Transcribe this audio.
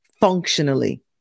functionally